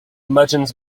merchants